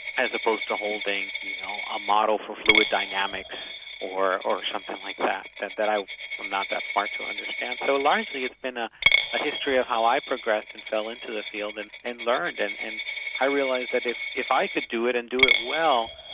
as opposed to holding you know a model for fluid dynamics or or something like that, that that i'm not that smart to understand. so largely it's been ah a history of how i progressed and fell into the field and and learned. and and i realised that if if i could do it and do it well,